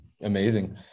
amazing